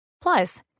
Plus